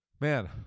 man